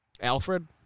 Alfred